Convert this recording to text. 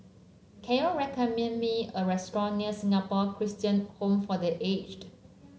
can you recommend me a restaurant near Singapore Christian Home for The Aged